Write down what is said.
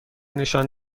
نشان